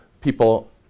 people